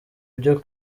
byo